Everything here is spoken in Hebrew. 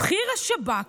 בכיר השב"כ,